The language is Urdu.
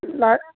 لاٮٔے